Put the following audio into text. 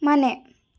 ಮನೆ